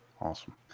Awesome